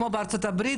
כמו בארה"ב,